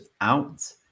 out